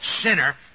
sinner